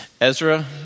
Ezra